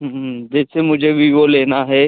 जैसे मुझे भी वह लेना है